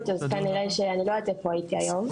אז כנראה שאני לא יודעת איפה הייתי היום,